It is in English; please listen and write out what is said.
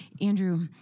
Andrew